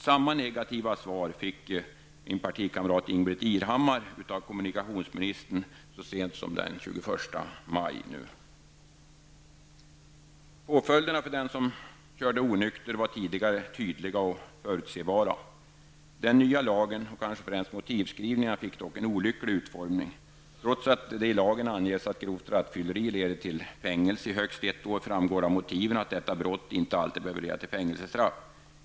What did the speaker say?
Samma negativa svar fick min partikamrat Ingbritt Irhammar av kommunikationsministern så sent som den 21 maj i år. Påföljderna för den som körde onykter var tidigare tydliga och förutsebara. Den nya lagen -- och kanske främst motivskrivningarna -- fick dock en olycklig utformning. Trots att det i lagen anges att grovt rattfylleri leder till fängelse i högst ett år framgår det av motiven att detta brott inte alltid behöver leda till fängelsestraff.